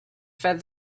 fed